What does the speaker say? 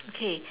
okay